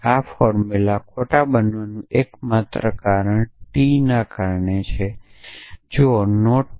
આ ફોર્મુલા ખોટા બનવાનું એકમાત્ર કારણ T ના લીધે છે તેથી